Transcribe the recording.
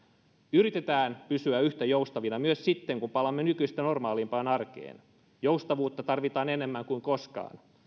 yritetään pysyä yhtä joustavina myös sitten kun palaamme nykyistä normaalimpaan arkeen joustavuutta tarvitaan enemmän kuin koskaan